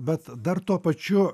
bet dar tuo pačiu